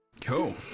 Cool